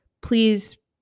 Please